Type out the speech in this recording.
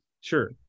sure